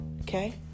okay